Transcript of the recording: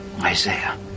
Isaiah